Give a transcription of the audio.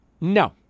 no